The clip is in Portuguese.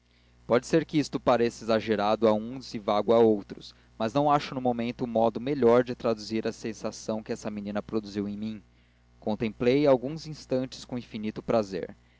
pode ser que isto pareça exagerado a uns e vago a outros mas não acho do momento um modo melhor de traduzir a sensação que essa menina produziu em mim contemplei a alguns instantes com infinito prazer